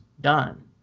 done